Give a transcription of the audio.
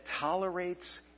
tolerates